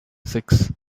six